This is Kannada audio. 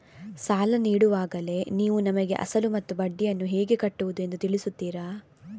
ಸಾಲ ನೀಡುವಾಗಲೇ ನೀವು ನಮಗೆ ಅಸಲು ಮತ್ತು ಬಡ್ಡಿಯನ್ನು ಹೇಗೆ ಕಟ್ಟುವುದು ಎಂದು ತಿಳಿಸುತ್ತೀರಾ?